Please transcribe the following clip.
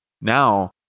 now